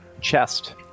chest